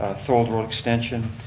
ah thorold road extension,